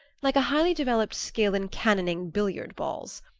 like a highly-developed skill in cannoning billiard balls.